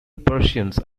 persians